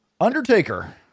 Undertaker